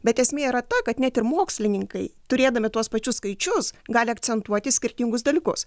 bet esmė yra ta kad net ir mokslininkai turėdami tuos pačius skaičius gali akcentuoti skirtingus dalykus